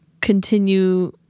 continue